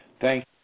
Thank